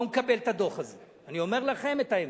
לא מקבל את הדוח הזה, אני אומר לכם את האמת,